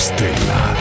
Stella